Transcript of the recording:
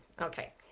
Okay